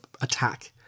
attack